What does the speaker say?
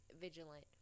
vigilant